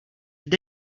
jde